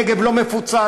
הנגב לא מפוצל.